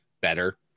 better